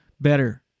better